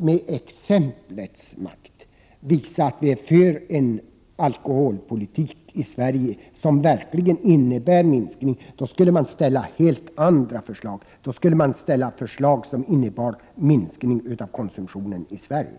med exemplets makt visa att vi är för en alkoholpolitik i Sverige som verkligen innebär en minskning, då skulle de ställa helt andra förslag, förslag som innebar en minskad alkoholkonsumtion i Sverige.